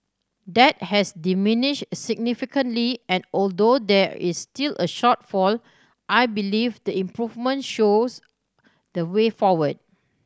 that has diminished significantly and although there is still a shortfall I believe the improvement shows the way forward